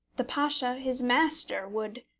the pasha, his master, would,